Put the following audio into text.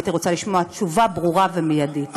הייתי רוצה לשמוע תשובה ברורה ומיידית.